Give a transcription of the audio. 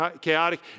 chaotic